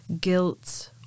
guilt